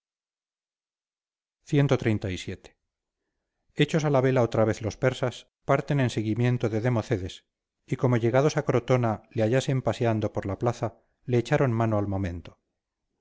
cxxxvii hechos a la vela otra vez los persas parten en seguimiento de democedes y como llegados a cretona le hallasen paseando por la plaza le echaron mano al momento